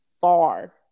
far